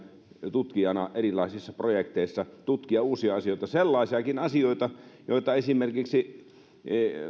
tutkijana erilaisissa projekteissa tutkia uusia asioita sellaisiakin asioita joita esimerkiksi